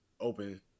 open